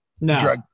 No